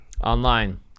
Online